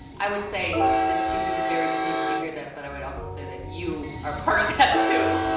i would say that she'd be very pleased to hear that. but i would also say that you are part of that too.